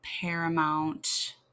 paramount